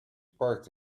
parked